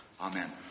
Amen